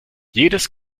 jedes